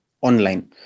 online